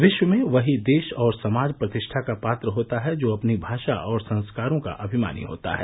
विश्व में वही देश और समाज प्रतिष्ठा का पात्र होता है जो अपनी भाषा और संस्कारों का अभिमानी होता है